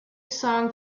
song